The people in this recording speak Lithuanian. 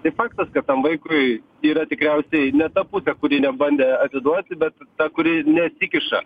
tai faktas kad tam vaikui yra tikriausiai ne ta pusė kuri nebandė atiduoti bet ta kuri nesikiša